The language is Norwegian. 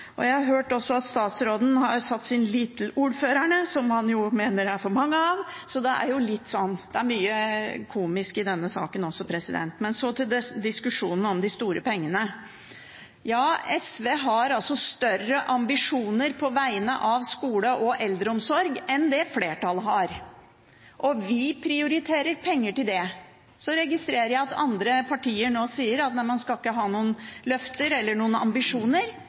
Jeg har også hørt at statsråden har satt sin lit til ordførerne, som han mener det er for mange av – så det er mye komisk i denne saken også. Men så til diskusjonen om de store pengene. Ja, SV har større ambisjoner på vegne av skole og eldreomsorg enn det flertallet har, og vi prioriterer penger til det. Så registrerer jeg at andre partier nå sier at nei, man skal ikke ha noen løfter eller noen ambisjoner.